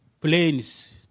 planes